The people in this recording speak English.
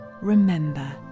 remember